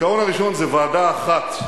העיקרון הראשון זה ועדה אחת,